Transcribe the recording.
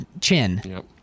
chin